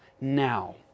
now